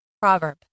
Proverb